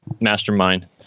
mastermind